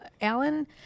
Alan